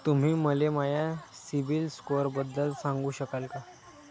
तुम्ही मले माया सीबील स्कोअरबद्दल सांगू शकाल का?